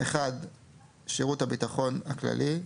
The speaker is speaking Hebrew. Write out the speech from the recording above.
שירות הביטחון הכללי,